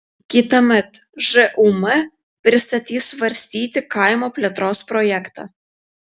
kitąmet žūm pristatys svarstyti kaimo plėtros projektą